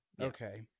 Okay